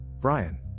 Brian